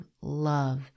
love